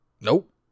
nope